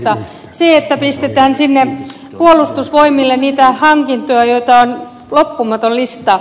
sekö että pistetään sinne puolustusvoimille niihin hankintoihin joita on loppumaton lista